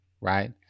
right